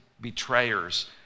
betrayers